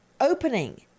opening